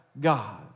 God